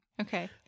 Okay